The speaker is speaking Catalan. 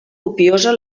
copiosa